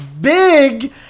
big